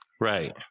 Right